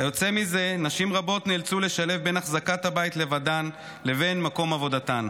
כיוצא מזה נשים רבות נאלצו לשלב בין אחזקת הבית לבדן לבין מקום עבודתן.